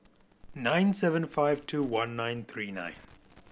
nine seven five two one nine three nine